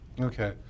Okay